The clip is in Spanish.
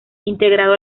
integrado